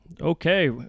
Okay